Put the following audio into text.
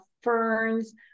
ferns